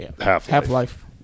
Half-Life